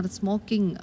smoking